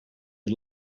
you